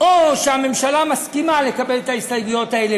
או שהממשלה מסכימה לקבל את ההסתייגויות האלה,